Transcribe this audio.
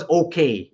okay